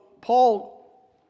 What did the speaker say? Paul